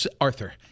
Arthur